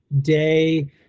day